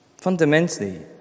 Fundamentally